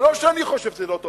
זה לא שאני חושב שזה לא טוב.